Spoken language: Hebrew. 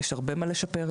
יש הרבה מה לשפר,